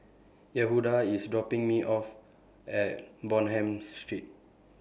Yehuda IS dropping Me off At Bonham Street